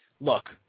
Look